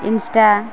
Insta